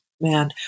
man